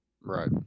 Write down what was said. Right